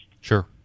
sure